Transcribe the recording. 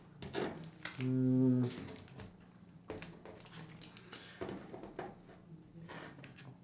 mm